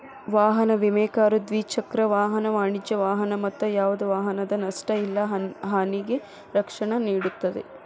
ವಾಹನ ವಿಮೆ ಕಾರು ದ್ವಿಚಕ್ರ ವಾಹನ ವಾಣಿಜ್ಯ ವಾಹನ ಮತ್ತ ಯಾವ್ದ ವಾಹನದ ನಷ್ಟ ಇಲ್ಲಾ ಹಾನಿಗೆ ರಕ್ಷಣೆ ನೇಡುತ್ತದೆ